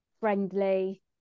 friendly